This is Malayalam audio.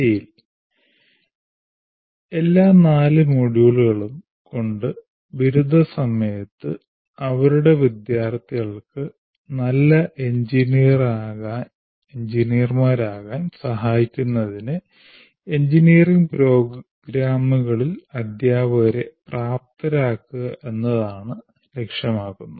TALE എല്ലാ നാല് മൊഡ്യൂളുകളും കൊണ്ട് ബിരുദ സമയത്ത് അവരുടെ വിദ്യാർത്ഥികൾക്ക് നല്ല എഞ്ചിനീയർമാരാകാൻ സഹായിക്കുന്നതിന് എഞ്ചിനീയറിംഗ് പ്രോഗ്രാമുകളിൽ അധ്യാപകരെ പ്രാപ്തരാക്കുക എന്നത് ലക്ഷ്യമാക്കുന്നു